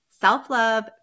self-love